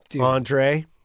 Andre